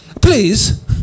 please